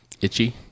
Itchy